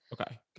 Okay